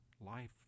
Life